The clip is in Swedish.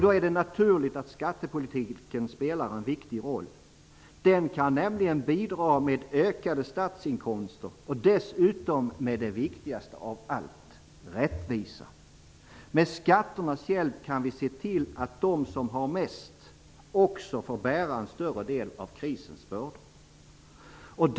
Då är det naturligt att skattepolitiken spelar en viktig roll. Den kan nämligen bidra med ökade statsinkomster och dessutom med det viktigaste av allt: rättvisa. Med skatternas hjälp kan vi se till att de som har mest också får bära en större del av krisens bördor.